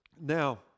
Now